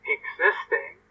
existing